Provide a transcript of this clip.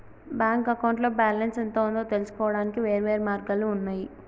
bank అకౌంట్లో balance ఎంత ఉందో తెలుసుకోవడానికి వేర్వేరు మార్గాలు ఉన్నయి